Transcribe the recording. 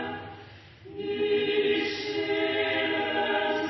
under